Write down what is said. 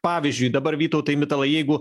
pavyzdžiui dabar vytautai mitalai jeigu